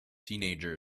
teenager